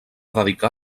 dedicar